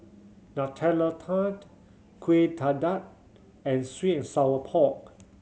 Nutella Tart Kueh Dadar and sweet and sour pork